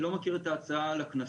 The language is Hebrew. אני לא מכיר את ההצעה על הקנסות,